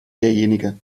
derjenige